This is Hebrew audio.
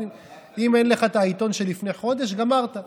אם אין לך את העיתון מלפני חודש, גמרת.